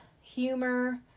humor